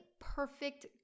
perfect